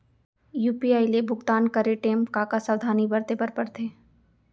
UPI ले भुगतान करे टेम का का सावधानी बरते बर परथे